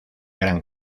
gran